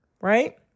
Right